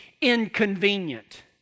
inconvenient